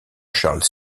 charles